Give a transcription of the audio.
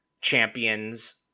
champions